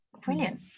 Brilliant